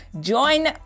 Join